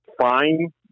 fine